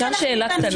אפשר שאלה קטנה?